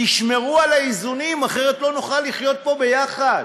תשמרו על האיזונים, אחרת לא נוכל לחיות פה ביחד.